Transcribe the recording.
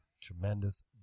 tremendous